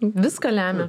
viską lemia